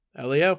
Leo